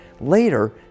later